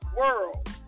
world